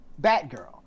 Batgirl